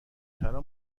ترا